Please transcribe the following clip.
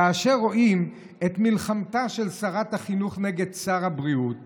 כאשר רואים את מלחמתה של שרת החינוך נגד שר הבריאות